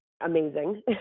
amazing